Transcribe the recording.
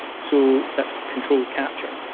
so that's controlled capture.